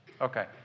Okay